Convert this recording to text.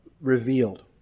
revealed